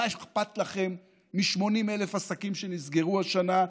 ומה אכפת לכם מ-80,000 עסקים שנסגרו השנה?